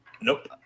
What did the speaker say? Nope